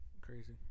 Crazy